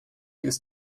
ist